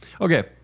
Okay